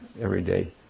everyday